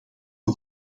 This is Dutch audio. een